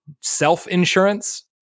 self-insurance